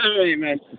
Amen